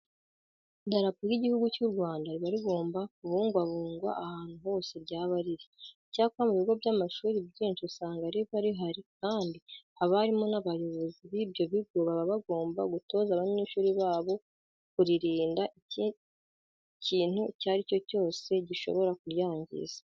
Idarapo ry'Igihugu cy'u Rwanda riba rigomba kubungwabungwa ahantu hose ryaba riri. Icyakora mu bigo by'amashuri byinshi usanga riba rihari kandi abarimu n'abayobozi b'ibyo bigo baba bagomba gutoza abanyeshuri babo kuririnda ikintu icyo ari cyo cyose gishobora kuryangiza.